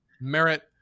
merit